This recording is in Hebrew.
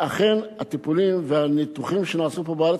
שאכן הטיפולים והניתוחים שנעשו פה בארץ